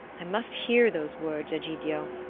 i must hear those words, egidio!